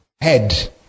Head